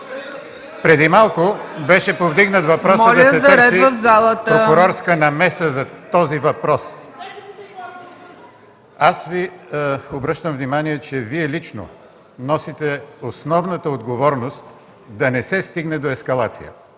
Преди малко беше повдигнат въпросът да се търси прокурорска намеса по този въпрос. (Силен шум, реплики.) Аз Ви обръщам внимание, че Вие лично носите основната отговорност да не се стигне до ескалация.